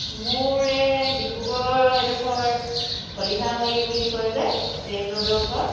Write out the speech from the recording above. মোৰ এই ডিব্ৰুগড়ৰ এইডোখৰ খলিহামাৰি বুলি কয় যে জেল ৰ'ডৰ ওচৰত